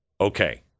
Okay